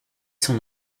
son